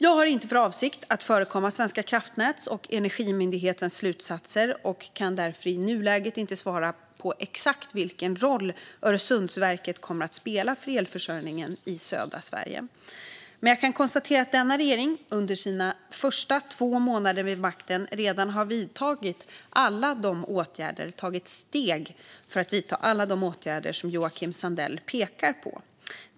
Jag har inte för avsikt att förekomma Svenska kraftnäts och Energimyndighetens slutsatser och kan därför i nuläget inte svara på vilken roll Öresundsverket kommer att spela för elförsörjningen i södra Sverige. Jag kan dock konstatera att denna regering under sina första två månader vid makten redan har tagit steg för att vidta alla de åtgärder som Joakim Sandell pekar på.